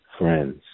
friends